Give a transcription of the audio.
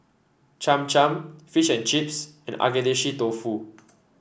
Cham Cham Fish and Chips and Agedashi Dofu